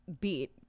beat